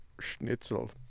schnitzel